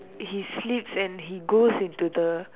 he sleeps and he goes into the